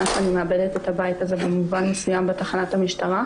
שאני מאבדת את הבית הזה במובן מסוים בתחנת המשטרה,